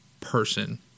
person